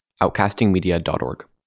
outcastingmedia.org